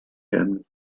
werden